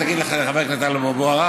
את זה תגיד לחבר הכנסת טלב אבו עראר,